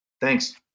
Thanks